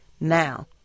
now